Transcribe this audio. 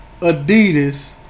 Adidas